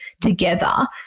together